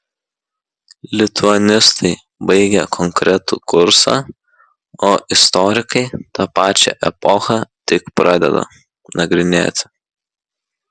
lituanistai baigia konkretų kursą o istorikai tą pačią epochą tik pradeda nagrinėti